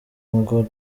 ngo